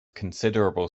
considerable